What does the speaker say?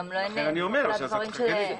לכן אני אומר שיהיה אפשר להכניס --- אין